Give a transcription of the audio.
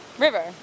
river